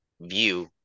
view